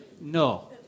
No